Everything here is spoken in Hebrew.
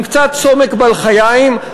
עם קצת סומק בלחיים,